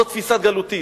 זאת תפיסה גלותית.